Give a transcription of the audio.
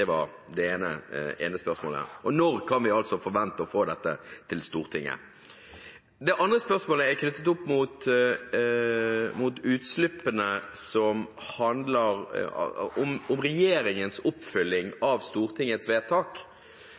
Og når kan vi forvente å få dette til Stortinget? Så har jeg et spørsmål knyttet